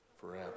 forever